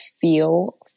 feel